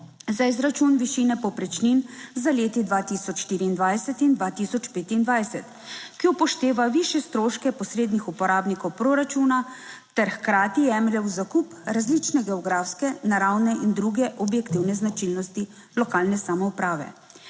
za izračun viši povprečnin za leti 2024 in 2025, ki upošteva višje stroške posrednih uporabnikov proračuna ter hkrati jemlje v zakup različne geografske, naravne in druge objektivne značilnosti lokalne samouprave.